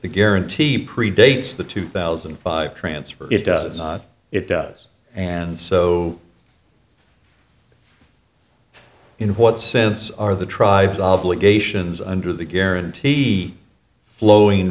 the guarantee predates the two thousand and five transfer it does and so in what sense are the tribes obligations under the guaranteed flowing